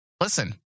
listen